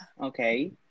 okay